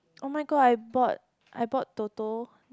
oh-my-god I bought I bought Toto